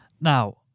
Now